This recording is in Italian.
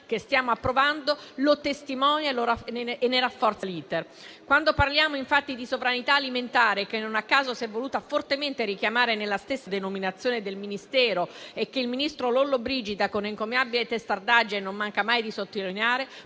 che stiamo approvando lo testimonia e ne rafforza l'*iter*. Quando parliamo, infatti, di sovranità alimentare, che non a caso si è voluta fortemente richiamare nella stessa denominazione del Ministero e che il ministro Lollobrigida, con encomiabile testardaggine, non manca mai di sottolineare,